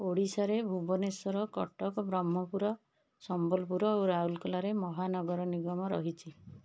ଓଡ଼ିଶାରେ ଭୁବନେଶ୍ୱର କଟକ ବ୍ରହ୍ମପୁର ସମ୍ବଲପୁର ଓ ରାଉରକେଲାରେ ମହାନଗର ନିଗମ ରହିଛି